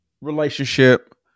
relationship